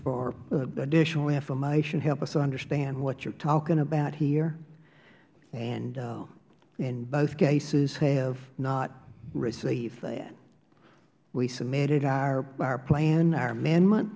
for additional information help us to understand what you're talking about here and in both cases have not received that we submitted our plan our amendment